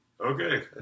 Okay